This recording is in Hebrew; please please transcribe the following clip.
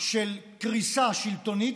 של קריסה שלטונית,